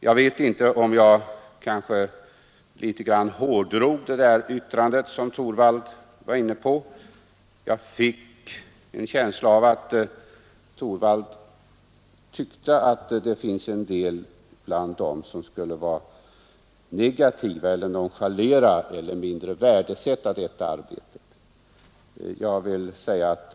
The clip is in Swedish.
Jag vet inte om jag kanske litet grand hårdrar herr Torwalds yttrande, men jag fick en känsla av att herr Torwald tror att det finns en del bland det aktiva befälet som skulle vara negativa mot eller nonchalera eller mindre värdesätta detta arbete.